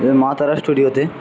মা তারা স্টুডিওতে